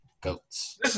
goats